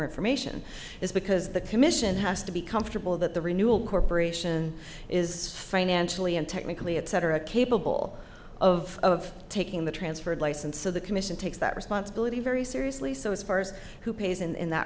information is because the commission has to be comfortable that the renewal corp is financially and technically etc capable of taking the transferred license so the commission takes that responsibility very seriously so as far as who pays in that